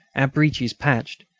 our breeches patched,